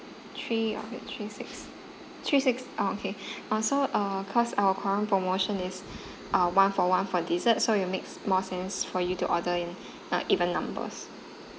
three of it three six three six oh okay oh so uh cause our current promotion is uh one for one for dessert so it'll makes more sense for you to order in uh even numbers